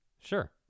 Sure